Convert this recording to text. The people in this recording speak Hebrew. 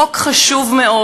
חוק חשוב מאוד.